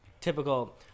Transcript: typical